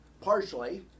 partially